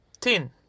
tin